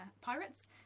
pirates